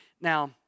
Now